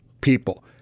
people